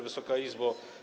Wysoka Izbo!